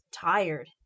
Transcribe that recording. tired